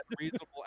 reasonable